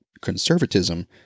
conservatism